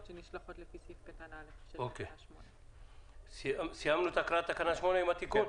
שנשלחות לפי סעיף קטן (א) של --- סיימנו את הקראת תקנה 8 עם התיקון?